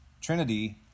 Trinity